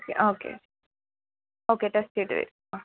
okay okay test ചെയ്ത് വരൂ okay